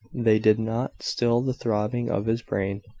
they did not still the throbbing of his brain,